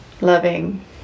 loving